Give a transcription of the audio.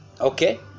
Okay